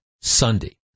Sunday